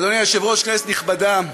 אדוני היושב-ראש, כנסת נכבדה,